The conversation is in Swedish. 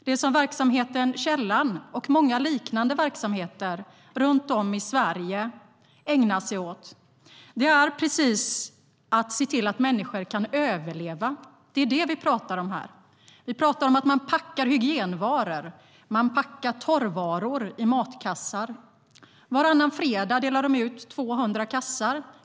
Det som verksamheten Källan och många liknande verksamheter runt om i Sverige ägnar sig åt är att se till att människor kan överleva. Det är det vi pratar om här. Vi pratar om att man packar hygienvaror och packar torrvaror i matkassar. Varannan fredag delar de ut 200 kassar.